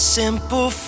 simple